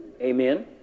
Amen